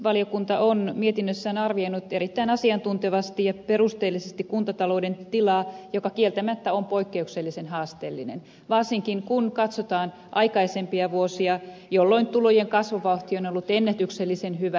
valiokunta on mietinnössään arvioinut erittäin asiantuntevasti ja perusteellisesti kuntatalouden tilaa joka kieltämättä on poikkeuksellisen haasteellinen varsinkin kun katsotaan aikaisempia vuosia jolloin tulojen kasvuvauhti on ollut ennätyksellisen hyvä